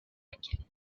vatican